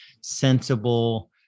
sensible